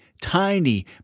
tiny